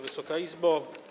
Wysoka Izbo!